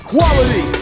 Quality